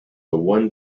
one